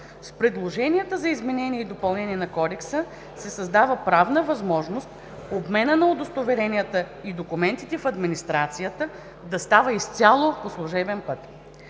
С предложенията за изменение и допълнение на кодекса се създава правна възможност обмена на удостоверенията и документите в администрацията да става изцяло по служебен път.